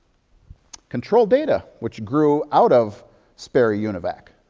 control data which grew out of sperry univac.